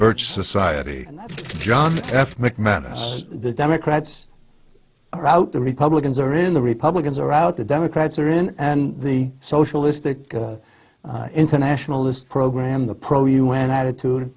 birch society john f mcmanus the democrats are out the republicans are in the republicans are out the democrats are in and the socialistic internationalist program the pro un attitude